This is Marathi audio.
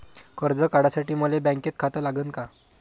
कर्ज काढासाठी मले बँकेत खातं लागन का?